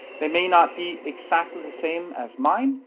they may not be exactly the same as mine,